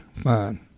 fine